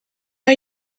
are